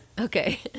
Okay